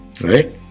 right